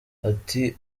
ati